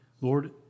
Lord